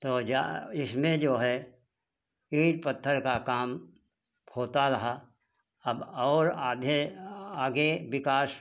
तो इसमें जो है ईंट पत्थर का काम होता रहा अब और आधे आगे विकास